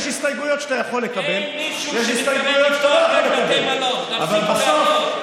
יש הסתייגויות שאתה יכול לקבל ויש הסתייגויות שאתה לא יכול לקבל.